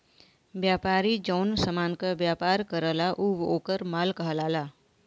व्यापारी जौन समान क व्यापार करला उ वोकर माल कहलाला